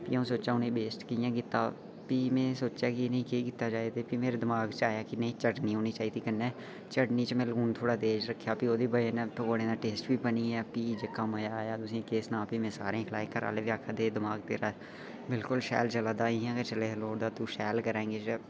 फ्ही अ'ऊं सोचां हून में बेसट कि'यां कीता फ्ही में सोचेआ कि केह् कीता जा फ्ही मेरे दमाग च आया कि चटनी होनी चाहिदी कन्नै चटनी च लून में थोह्ड़ा तेज रक्खेआ फ्ही में ओह्दे बजह कन्नै पकौड़ें दा टेस्ट बी बनी गेआ फ्ही जेह्का मजा आया तु'सेंगी केह् सनां सारें गी खलाए फ्ही आखादे हे दमाग तेरा शैल चला दा बिल्कूल ठीक चलादा इयां चलादा लोड़दा